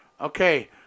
Okay